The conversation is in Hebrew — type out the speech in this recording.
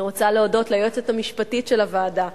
אני רוצה להודות ליועצת המשפטית של הוועדה,